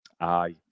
Aye